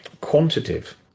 quantitative